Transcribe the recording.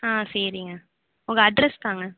ஆ சரிங்க உங்கள் அட்ரஸ் தாங்க